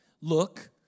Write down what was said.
look